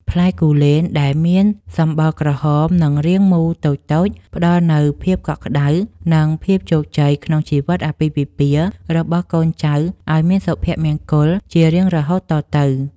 ផ្លែគូលែនដែលមានសម្បុរក្រហមនិងរាងមូលតូចៗផ្តល់នូវភាពកក់ក្តៅ និង ភាពជោគជ័យក្នុងជីវិតអាពាហ៍ពិពាហ៍របស់កូនចៅឱ្យមានសុភមង្គលជារៀងរហូតតទៅ។